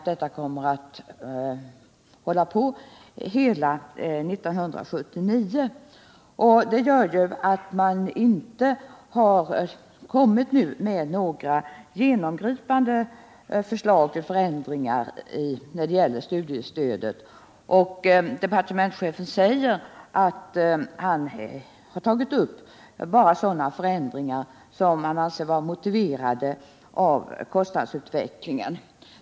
Detta beräknas hålla på hela 1979, och det gör ju att man inte har kommit ut med några genomgripande förslag till förändringar när det gäller studiestödet. Departementschefen säger att han har tagit upp bara sådana förändringar som han anser vara motiverade av kostnadsutvecklingen.